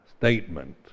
statement